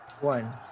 One